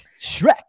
Shrek